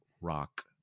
rock